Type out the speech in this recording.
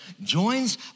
joins